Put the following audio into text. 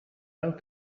felt